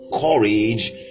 courage